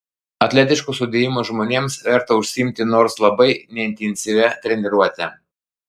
atletiško sudėjimo žmonėms verta užsiimti nors labai neintensyvia treniruote